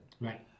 Right